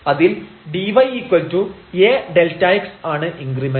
അതിൽ dyA Δx ആണ് increment